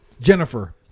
Jennifer